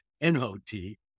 N-O-T